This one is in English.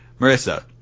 Marissa